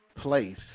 place